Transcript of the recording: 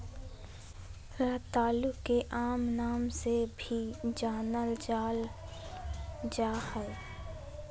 रतालू के आम नाम से भी जानल जाल जा हइ